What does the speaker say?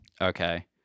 Okay